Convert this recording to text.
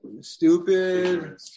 stupid